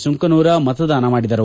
ಸಂಕನೂರ ಮತದಾನ ಮಾಡಿದರು